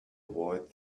avoid